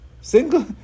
Single